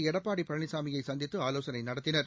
எடப்பாடி பழனிசாமியை சந்தித்து ஆவோசனை நடத்தினர்